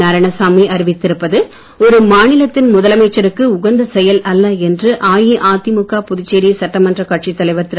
நாராயணசாமி அறிவித்திருப்பது ஒரு மாநிலத்தின் முதலமைச்சருக்கு உகந்த செயல் அல்ல என்று அஇஅதிமுக புதுச்சேரி சட்டமன்றக் கட்சித் தலைவர் திரு